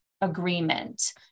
agreement